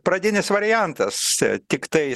pradinis variantas tiktais